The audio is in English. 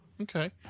Okay